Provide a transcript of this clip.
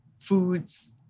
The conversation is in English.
foods